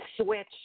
switch